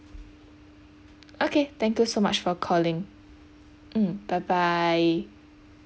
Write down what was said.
okay thank you so much for calling mm bye bye